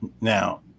Now